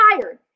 tired